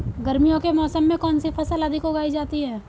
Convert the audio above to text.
गर्मियों के मौसम में कौन सी फसल अधिक उगाई जाती है?